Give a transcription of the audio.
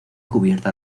cubierta